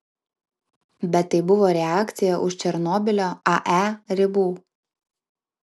bet tai buvo reakcija už černobylio ae ribų